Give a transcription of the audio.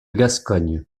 gascogne